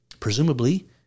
presumably